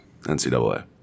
NCAA